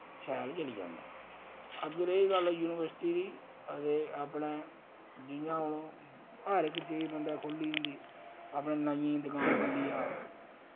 शैल चली जंदा अगर एह् गल्ल यूनिवर्सिटी दी हां ते अपने जि'यां हुन हर इक चीज बंदै खोह्ली होंदी अपनै नाइयें दुकान खु'ल्ली जा